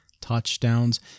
touchdowns